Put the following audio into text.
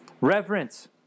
Reverence